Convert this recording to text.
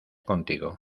contigo